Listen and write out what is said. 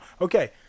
okay